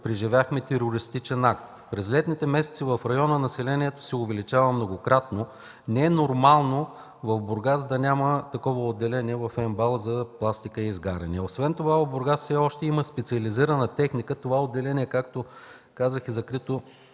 преживяхме терористичен атентат, през летните месеци в района населението се увеличава многократно, не е нормално в Бургас да няма такова отделение по пластика и изгаряния в МБАЛ. Освен това в Бургас все още има специализирана техника. Това отделение, както казах, е закрито